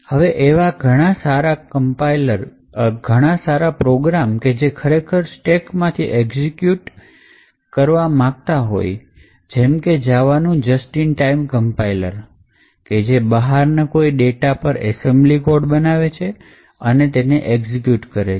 હવે એવા ઘણા સારા પ્રોગ્રામ કે જે ખરેખર સ્ટેકમાંથી એક્ઝિક્યુટ માંગતા હોય છે જેમકે જાવાનું just in time કંપાઇલર બહારના કોઈ ડેટા પર એસેમ્બલી code બનાવી અને તેને એક્ઝિક્યુટ કરે છે